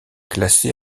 classée